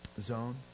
zone